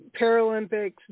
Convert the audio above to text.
Paralympics